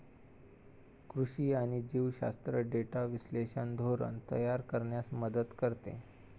कृषी आणि जीवशास्त्र डेटा विश्लेषण धोरण तयार करण्यास मदत करते